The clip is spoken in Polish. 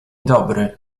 dobry